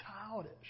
childish